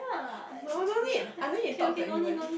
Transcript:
no no need I no need to talk to anybody